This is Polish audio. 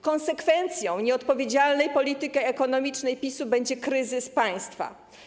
Konsekwencją nieodpowiedzialnej polityki ekonomicznej PiS-u będzie kryzys państwa.